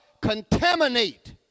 Contaminate